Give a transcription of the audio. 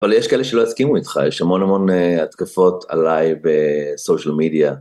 אבל יש כאלה שלא יסכימו איתך, יש המון המון התקפות עליי בsocial media.